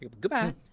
Goodbye